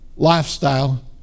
lifestyle